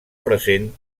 present